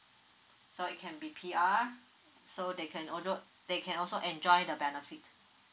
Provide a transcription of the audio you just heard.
so it can be P_R so they can ojo~ they can also enjoy the benefit